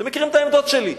אתם מכירים את העמדות שלי,